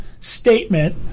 statement